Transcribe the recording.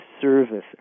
service